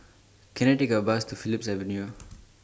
Can I Take A Bus to Phillips Avenue